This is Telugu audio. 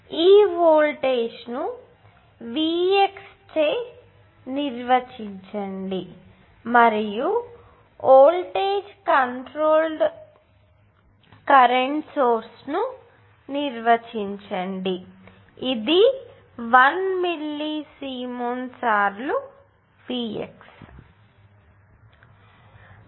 ఈ వోల్టేజ్ను Vx చే నిర్వచించండి మరియు వోల్టేజ్ కంట్రోల్డ్ కరెంటు సోర్స్ ను నిర్వచించండి ఇది 1 మిల్లీ సీమెన్ సార్లు Vx